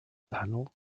panel